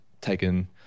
taken